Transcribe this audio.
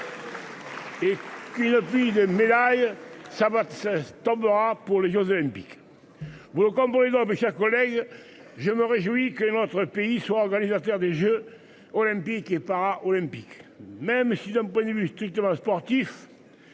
Ça va de 16 tombera pour les Jeux Olympiques. Vous comme dans mes chers collègues, je me réjouis que notre pays soit organisateur des Jeux olympiques et para-olympiques. Même si d'un point de vue strictement sportif.